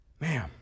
Ma'am